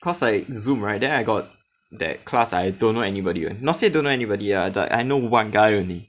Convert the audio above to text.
cause like Zoom right then I got that class I don't know anybody leh not say don't anybody lah but I know one guy only